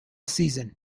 season